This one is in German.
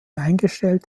eingestellt